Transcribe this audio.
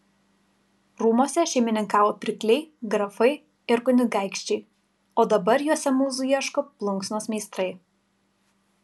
rūmuose šeimininkavo pirkliai grafai ir kunigaikščiai o dabar juose mūzų ieško plunksnos meistrai